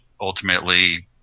ultimately